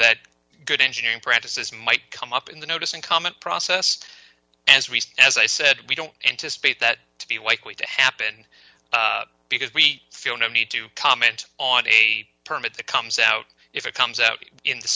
that good engineering practices might come up in the notice and comment process as recent as i said we don't anticipate that to be likely to happen because we feel no need to comment on a permit that comes out if it comes out in th